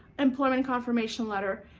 employment confirmation letter,